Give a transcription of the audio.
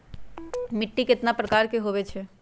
मिट्टी कतना प्रकार के होवैछे?